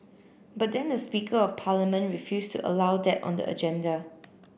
but then the speaker of parliament refused to allow that on the agenda